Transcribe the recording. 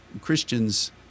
Christians